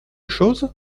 chose